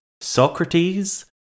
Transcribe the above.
Socrates